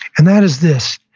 and that is this.